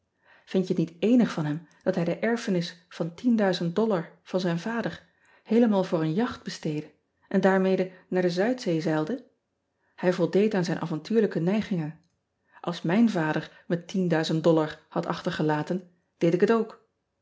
indt je het niet eenig van hem dat hij de erfenis van van zijn wader heelemaal voor een jacht besteedde en daarmede naar de uidzee zeilde ij voldeed aan zijn avontuurlijke neigingen ls ean ebster adertje angbeen mijn vader had achtergelaten deed ik het ook